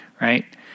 right